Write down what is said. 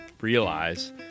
realize